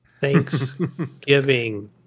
thanksgiving